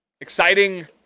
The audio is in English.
Exciting